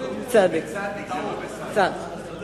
חבר